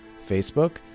Facebook